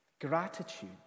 gratitude